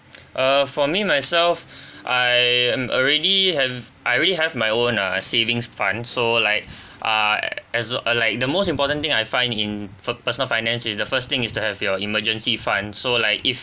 err for me myself I'm already am I already have my own uh savings fund so like uh as uh like the most important thing I find in for personal finance is the first thing is to have your emergency fund so like if